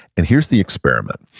and here's the experiment.